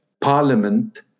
parliament